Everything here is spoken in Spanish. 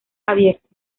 abiertos